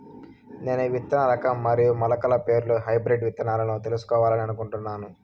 నేను విత్తన రకం మరియు మొలకల పేర్లు హైబ్రిడ్ విత్తనాలను తెలుసుకోవాలని అనుకుంటున్నాను?